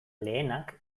lehenak